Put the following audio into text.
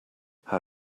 how